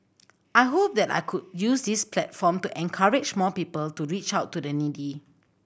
I hope that I could use this platform to encourage more people to reach out to the needy